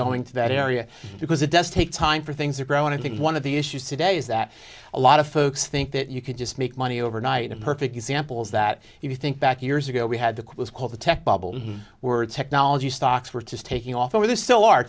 going to that area because it does take time for things or grow and i think one of the issues today is that a lot of folks think that you can just make money overnight and perfect examples that if you think back years ago we had the quiz called the tech bubble word technology stocks were just taking off over there still are